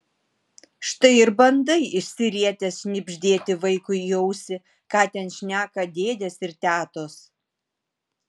štai ir bandai išsirietęs šnibždėti vaikui į ausį ką ten šneka dėdės ir tetos